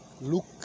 look